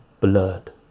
blood